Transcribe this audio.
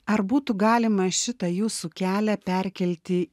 ar būtų galima šitą jūsų kelią perkelti